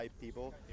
people